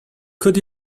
could